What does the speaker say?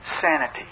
sanity